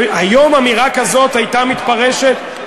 היום אמירה כזאת הייתה מתפרשת,